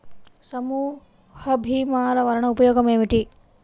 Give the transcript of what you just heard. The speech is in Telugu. సమూహ భీమాల వలన ఉపయోగం ఏమిటీ?